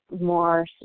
more